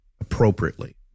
appropriately